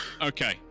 Okay